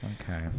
Okay